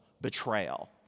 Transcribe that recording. betrayal